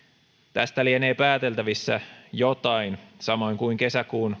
tästä lienee pääteltävissä jotain samoin kuin kesäkuun